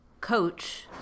coach